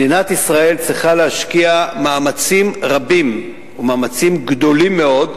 מדינת ישראל צריכה להשקיע מאמצים רבים ומאמצים גדולים מאוד,